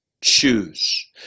choose